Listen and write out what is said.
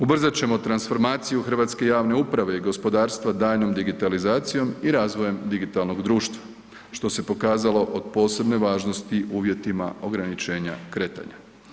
Ubrzat ćemo transformaciju hrvatske javne uprave i gospodarstva daljnjom digitalizacijom i razvojem digitalnog društva, što se pokazalo od posebne važnosti u uvjetima ograničenja kretanja.